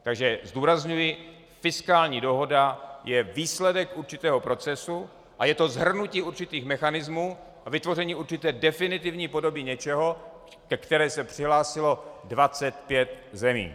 Takže zdůrazňuji, fiskální dohoda je výsledek určitého procesu, a je to shrnutí určitých mechanismů a vytvoření určité definitivní podoby něčeho, ke které se přihlásilo 25 zemí.